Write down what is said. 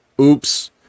oops